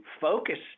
focus